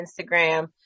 Instagram